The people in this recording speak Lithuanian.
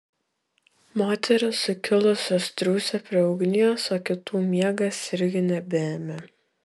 moterys sukilusios triūsė prie ugnies o kitų miegas irgi nebeėmė